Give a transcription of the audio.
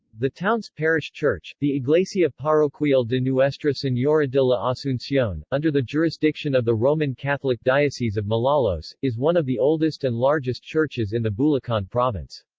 the town's parish church, the iglesia parroquial de nuestra senora de la asuncion, under the jurisdiction of the roman catholic diocese of malolos, is one of the oldest and largest churches in the bulacan province.